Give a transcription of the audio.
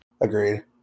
Agreed